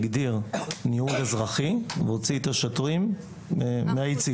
הגדיר ניהול אזרחי והוציא את השוטרים מהיציעים.